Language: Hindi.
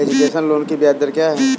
एजुकेशन लोन की ब्याज दर क्या है?